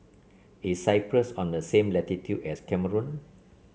is Cyprus on the same latitude as Cameroon